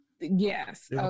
Yes